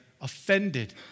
offended